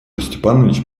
степанович